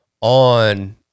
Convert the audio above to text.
on